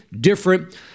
different